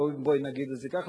בואי נגיד את זה כך,